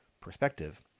perspective